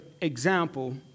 example